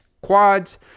quads